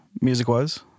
music-wise